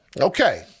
Okay